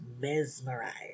mesmerized